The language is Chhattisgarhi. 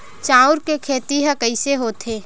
चांउर के खेती ह कइसे होथे?